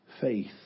faith